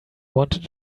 wanted